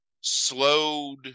slowed